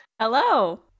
Hello